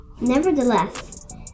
Nevertheless